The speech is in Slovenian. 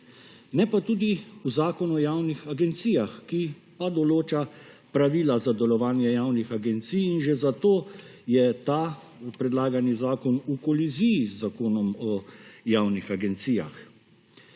Ne pa tudi v Zakon o javnih agencijah, ki pa določa pravila za delovanje javnih agencij in že zato je ta predlagani zakon v koliziji z Zakonom o javnih agencijah.